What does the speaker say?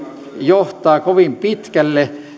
johtaa kovin pitkälle